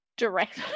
Direct